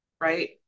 right